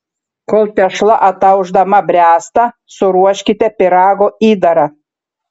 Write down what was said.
kol tešla ataušdama bręsta suruoškite pyrago įdarą